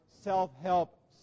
self-help